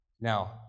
Now